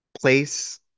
place